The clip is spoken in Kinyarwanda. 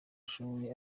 ashoboye